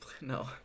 no